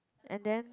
and then